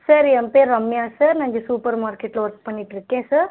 sir என் பெயர் Ramya sir நான் இங்கே சூப்பர் மார்க்கெட்டில் ஒர்க் பண்ணிட்டுருக்கேன் சார்